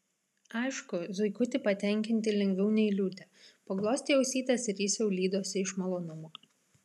aišku zuikutį patenkinti lengviau nei liūtę paglostei ausytes ir jis jau lydosi iš malonumo